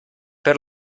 per